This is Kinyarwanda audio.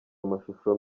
amashusho